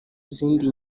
zindi